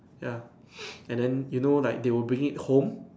ya and then you know like they will bring it home